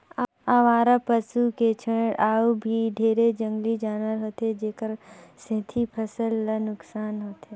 अवारा पसू के छोड़ अउ भी ढेरे जंगली जानवर होथे जेखर सेंथी फसिल ल नुकसान होथे